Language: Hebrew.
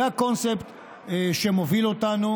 זה הקונספט שמוביל אותנו,